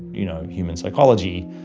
you know, human psychology.